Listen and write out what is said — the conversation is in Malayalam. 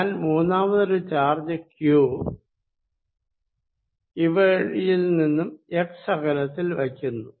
ഞാൻ മൂന്നാമതൊരു ചാർജ് q ഇവയിൽ നിന്നും x അകലത്തിൽ വയ്ക്കുന്നു